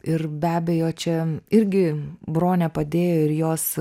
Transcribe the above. ir be abejo čia irgi bronė padėjo ir jos